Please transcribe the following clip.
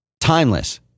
Timeless